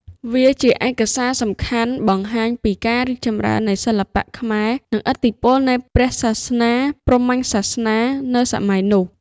វាជាឯកសារសំខាន់បង្ហាញពីការរីកចម្រើននៃសិល្បៈខ្មែរ និងឥទ្ធិពលនៃព្រះសាសនាព្រហ្មញ្ញសាសនានៅសម័យនោះ។